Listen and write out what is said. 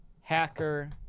Hacker